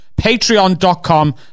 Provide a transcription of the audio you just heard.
Patreon.com